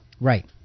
Right